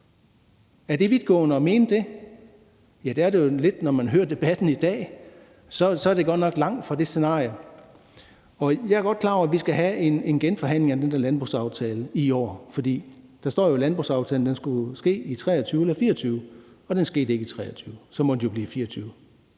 Er det vidtgående at mene det? Ja, det er det jo lidt, når man hører debatten i dag; så er det godt nok langt fra det scenarie. Jeg er godt klar over, at vi skal have en genforhandling af landbrugsaftalen i år, for der står jo i landbrugsaftalen, at det skulle ske i 2023 eller 2024. Det skete ikke i 2023, og så må det jo blive i 2024.